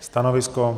Stanovisko?